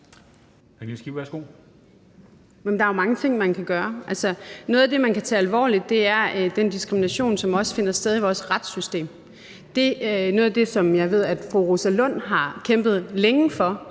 Der er jo mange ting, man kan gøre. Noget af det, man kan tage alvorligt, er den diskrimination, som også finder sted i vores retssystem. Det er noget af det, som jeg ved at fru Rosa Lund har kæmpet for